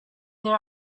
their